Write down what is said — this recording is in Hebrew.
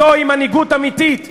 זוהי מנהיגות אמיתית,